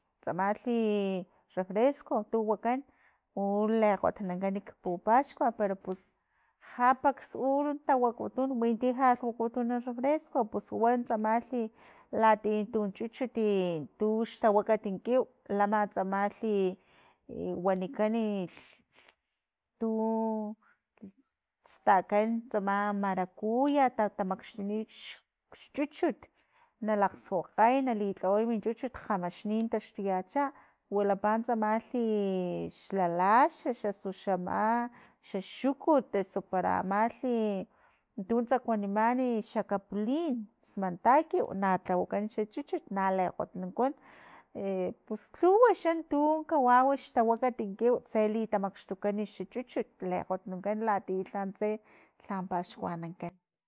Tsamalhi refresco tu wakan u likgotnunkan kpupaxkua pero pus ja pax u tawakutun witi lhawakutun refresco pus wan tsamalhi latiya tun chuchut i tuxtawakat kiw lama tsamalhi wanikan lhi tu stakan tsama marakuya ta tamaxtuni xchuchut na lakgsuakgayna li lhawaya min chuchut kgamaxnin na taxtuyacha wilapalh tsamali xla laxux osu xla ma xa xukut eso para amalhi tutsakuaniman xa kapulin smantakiw na tlawakan xa chuchut na le kgotnunkan e pus lhuwa xa tu kawau xtawakat kiw tse li tamaxtukan xachuchut le kgotnunkan latiya lhantse lhan paxkuanankan.